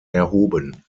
erhoben